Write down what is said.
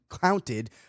counted